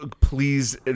Please